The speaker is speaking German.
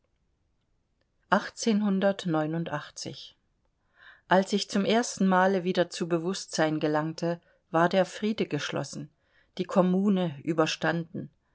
als ich zum erstenmale wieder zu bewußtsein gelangte war der friede geschlossen die kommune überstanden